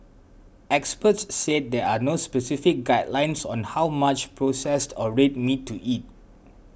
experts said there are no specific guidelines on how much processed or red meat to eat